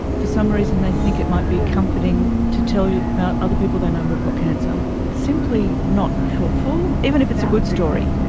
for some reason they think it might be comforting to tell you about other people they know who have got cancer. it's simply not helpful. helpful. even if it's a good story.